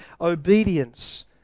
obedience